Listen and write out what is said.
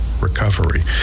recovery